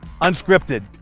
unscripted